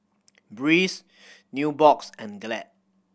Breeze Nubox and Glad